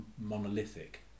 monolithic